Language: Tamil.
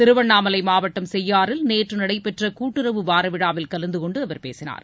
திருவண்ணாமலை மாவட்டம் செய்யாறில் நேற்று நடைபெற்ற கூட்டுறவு வார விழாவில் கலந்துகொண்டு அவர் பேசினார்